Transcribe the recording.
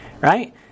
Right